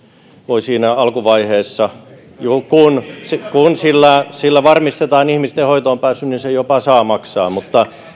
voi siinä alkuvaiheessa maksaa kun sillä sillä varmistetaan ihmisten hoitoonpääsy niin se jopa saa maksaa mutta